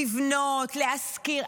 לבנות, להשכיר.